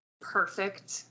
perfect